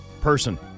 person